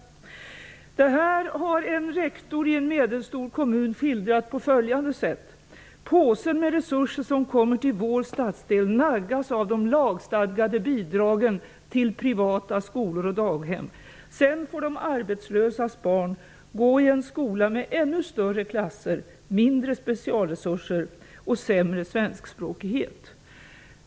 Detta har en rektor i en medelstor kommun skildrat på följande sätt: Den påse med resurser som kommer till vår stadsdel naggas av de lagstadgade bidragen till privataskolor och daghem. Sedan får de arbetslösas barn gå i en skola med ännu större klasser, mindre specialresurser och sämre svenskspråkighet.